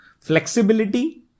flexibility